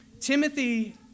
Timothy